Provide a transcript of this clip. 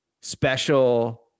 special